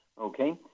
Okay